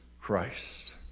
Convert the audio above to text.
Christ